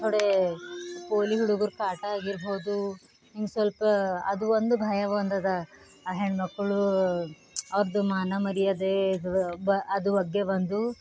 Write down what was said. ಥೋಡೆ ಪೋಲಿ ಹುಡುಗರ ಕಾಟ ಆಗಿರ್ಬೌದು ಹಿಂಗೆ ಸ್ವಲ್ಪ ಅದು ಒಂದು ಭಯ ಒಂದದ ಆ ಹೆಣ್ಮಕ್ಕಳು ಅವ್ರದು ಮಾನ ಮರ್ಯಾದೆ ಅದರ ಬ ಅದು ಒಗ್ಗೆ ಒಂದು